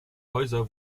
häuser